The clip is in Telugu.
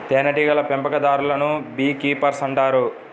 తేనెటీగల పెంపకందారులను బీ కీపర్స్ అంటారు